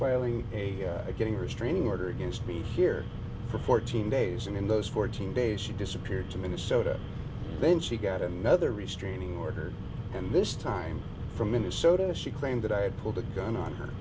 filing a getting a restraining order against me here for fourteen days and in those fourteen days she disappeared to minnesota then she got another restraining order and this time from minnesota she claimed that i had pulled a gun on